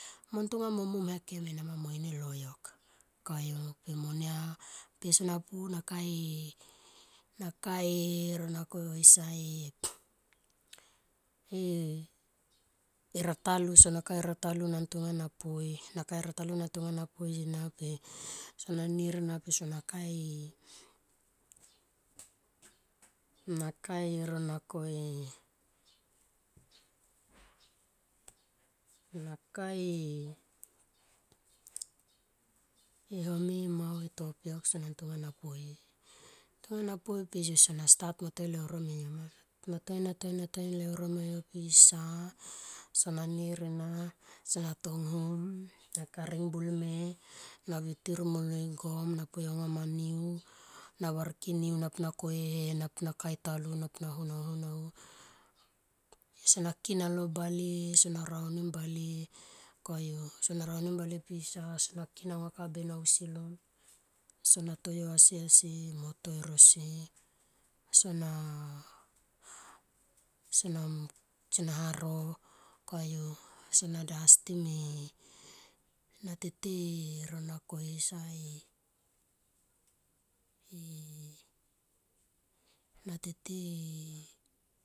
Montong mo momhe kem enama moini loyok pe monia sona pu nakae, nakae e ronako e sae ratalu sona kae ratalu na ntonga na poe na kae ratalu na ntonga na poe ena per sona nir ena per sona kae e nakae ronako e nakae e home e mao e topiok sona ntonga na poi na ntonga na poi per na stat mo toi e leuro mo yo ma natoi, natoi, natoi eleuro mo yo pisa sona nir ena sona tonghum na karing bulme na vitir mele gom na poi anga ma niu na varkir niu na pu na koi ehe na pu ta kae e talu na pu na ho na ho sona kin alo bale sona raunim bale koyu sona raunim bale pisa sona kin aunga kaben ausi lon sona toyo asi asi mo toi e rosi sona, sona, sona haro koyu sona dastim e na tetei e ronako esa e na tetei e.